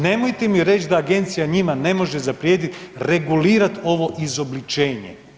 Nemojte mi reći da agencija njima ne može zaprijetiti regulirati ovo izobličenje.